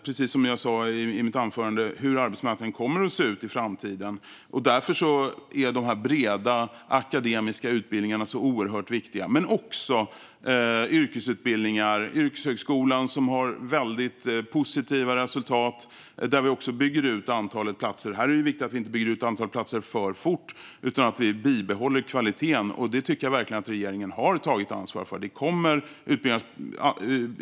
Precis som jag sa i mitt anförande vet vi inte hur arbetsmarknaden kommer att se ut i framtiden, och därför är de breda akademiska utbildningarna oerhört viktiga, liksom yrkesutbildningar. Yrkeshögskolan har väldigt positiva resultat, och även där bygger vi ut antalet platser. Här är det viktigt att vi inte bygger ut antalet platser för fort utan att vi bibehåller kvaliteten, och det tycker jag verkligen att regeringen har tagit ansvar för.